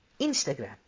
Instagram